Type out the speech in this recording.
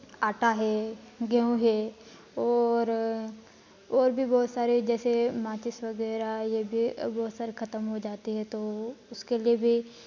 आटा है गेहूँ है और और भी बहोत सारे जैसे माचिस वगैरह ये भी बहुत सारे ख़त्म हो जाती है तो उसके लिए भी